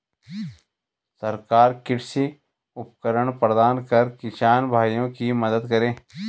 सरकार कृषि उपकरण प्रदान कर किसान भाइयों की मदद करें